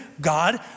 god